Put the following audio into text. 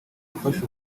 ufashe